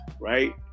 right